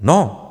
No.